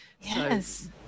yes